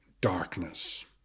darkness